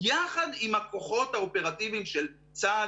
יחד עם הכוחות האופרטיביים של צה"ל,